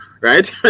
right